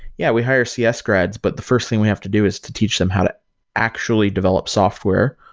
yeah, we hire cs grads, but the first thing we have to do is to teach them how to actually develop software,